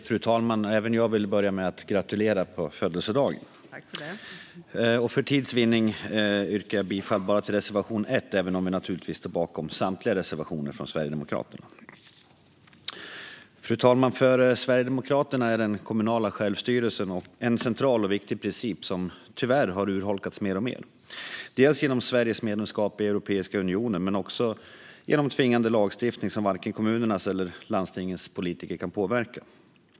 Fru talman! Även jag vill börja med att gratulera på födelsedagen. För tids vinnande yrkar jag bifall endast till reservation 1 även om jag naturligtvis står bakom samtliga reservationer från Sverigedemokraterna. Fru talman! För Sverigedemokraterna är den kommunala självstyrelsen en central och viktig princip som tyvärr har urholkats mer och mer, delvis genom Sveriges medlemskap i Europeiska unionen men också genom tvingande lagstiftning som varken kommunernas eller landstingens politiker kan påverka.